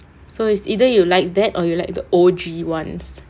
so is either you like that or you like the O_G ones